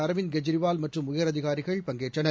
அரவிந்த் கெஜ்ரிவால் மற்றும் உயரதிகாரிகள் பங்கேற்றனர்